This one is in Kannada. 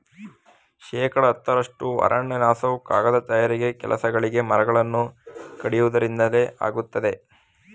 ಶೇಕಡ ಹತ್ತರಷ್ಟು ಅರಣ್ಯನಾಶವು ಕಾಗದ ತಯಾರಿಕೆ ಕೆಲಸಗಳಿಗೆ ಮರಗಳನ್ನು ಕಡಿಯುವುದರಿಂದಲೇ ಆಗುತ್ತಿದೆ